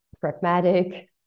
pragmatic